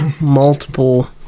multiple